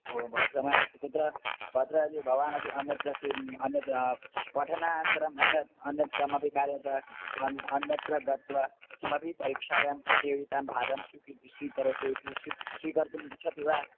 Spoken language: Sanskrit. ओ बहु समयः अस्ति चेत् अत्र यदि भवान् अन्यत्र किम् अन्यत् पठनानन्तरम् अन्यत् अन्यत् कमपि कार्यं तत् अन्यत् अन्यत्र गत्वा किमपि परीक्षायां प्रतियोगितायां भागं स्वीकरोति स्वीकरोतु इति स्वस्य स्वीकर्तुम् इच्छति वा